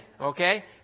okay